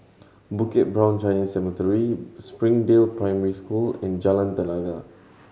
Bukit Brown Chinese Cemetery Springdale Primary School and Jalan Tenaga